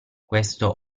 questo